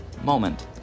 moment